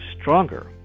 stronger